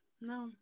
no